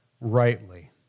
rightly